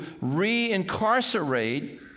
re-incarcerate